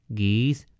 geese